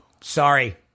sorry